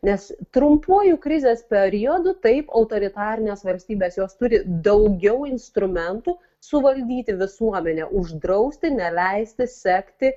nes trumpuoju krizės periodu taip autoritarinės valstybės jos turi daugiau instrumentų suvaldyti visuomenę uždrausti neleisti sekti